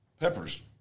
peppers